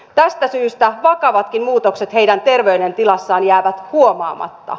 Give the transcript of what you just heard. tästä syystä vakavatkin muutokset heidän terveydentilassaan jäävät huomaamatta